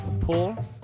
Paul